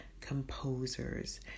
composers